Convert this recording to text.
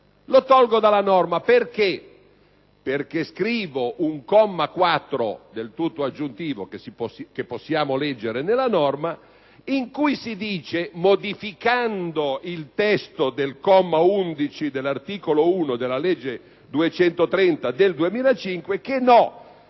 «fatto salvo», perché scrive un comma 4 del tutto aggiuntivo, che possiamo leggere, in cui si dice, modificando il testo del comma 11 dell'articolo 1 della legge n. 230 del 2005, che a